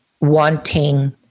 wanting